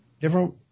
different